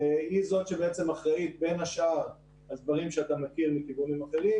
היא זאת שבעצם אחראית בין השאר על דברים שאתה מכיר מכיוונים אחרים,